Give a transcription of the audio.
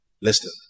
Listen